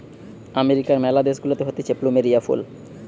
আমেরিকার ম্যালা দেশ গুলাতে হতিছে প্লুমেরিয়া ফুল